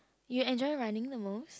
you enjoy running the most